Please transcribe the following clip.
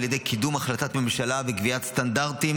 על ידי קידום החלטת ממשלה וקביעת סטנדרטים